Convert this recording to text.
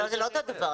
זה לא אותו דבר.